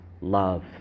love